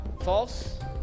False